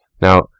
Now